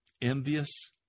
envious